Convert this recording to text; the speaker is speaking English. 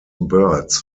birds